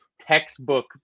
textbook